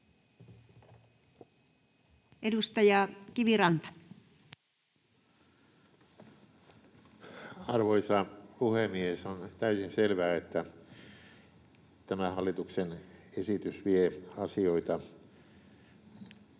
18:39 Content: Arvoisa puhemies! On täysin selvää, että tämä hallituksen esitys vie asioita